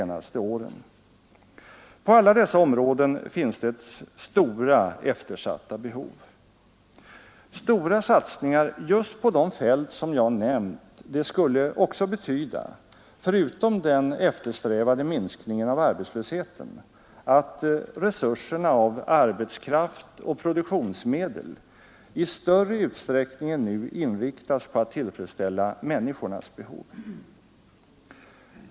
På alla dessa områden finns det stora eftersatta behov. Stora satsningar just på de fält som jag nämnt skulle också betyda — förutom den eftersträvade minskningen av arbetslösheten — att resurserna av arbetskraft och produktionsmedel i större utsträckning än nu inriktas på att tillfredsställa människornas behov.